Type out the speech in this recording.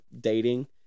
dating